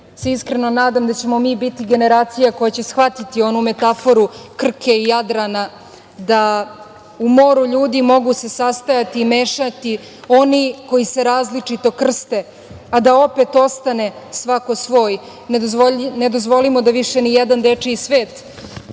se iskreno nadam da ćemo mi biti generacija koja će shvatiti onu metaforu Krke i Jadrana, da u moru ljudi mogu se sastajati i mešati oni koji se različito krste, a da opet ostane svako svoj. Ne dozvolimo da više nijedan dečiji svet